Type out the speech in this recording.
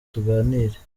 tuganire